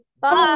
Bye